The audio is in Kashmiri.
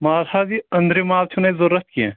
ماز حظ یہِ أنٛدٕرِم ماز چھُنہٕ اسہِ ضروٗرت کیٚنٛہہ